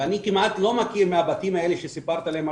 ואני כמעט לא מכיר מהבתים האלה שסיפרתי עליהם,